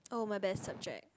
oh my best subject